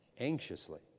anxiously